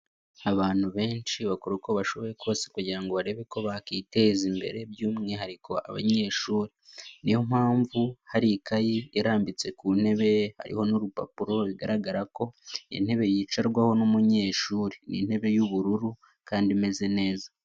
Abantu benshi bakora uko bashoboye kose kugira ngo barebe ko bakiteza imbere by'umwihariko abanyeshuri, niyo mpamvu hari ikayi irambitse ku ntebe hariho n'urupapuro bigaragara ko intebe yicarwaho n'umunyeshuri, ni intebe y'ubururu kandi imeze neza.